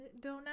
donut